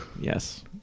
Yes